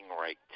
right